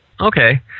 Okay